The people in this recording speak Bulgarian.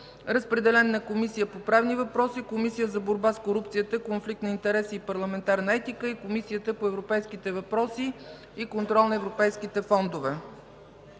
Разпределен е на Комисия по правни въпроси; Комисия за борба с корупцията, конфликт на интереси и парламентарна етика; Комисия по европейските въпроси и контрол на европейските фондове.